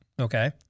okay